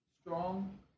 strong